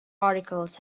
articles